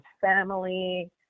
family